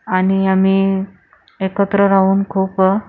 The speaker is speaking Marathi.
आणि आम्ही एकत्र राहून खूप